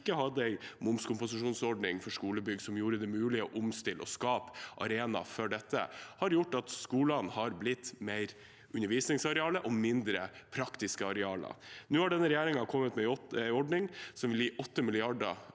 ikke har hatt en momskompensasjonsordning for skolebygg, som har gjort det mulig å omstille og skape en arena for dette – har gjort at skolene har blitt mer undervisningsarealer og mindre praktiske arealer. Nå har denne regjeringen kommet med en ordning som vil gi 8 mrd.